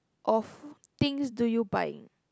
of things do you buy